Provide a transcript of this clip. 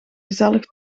gezellig